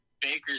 Baker's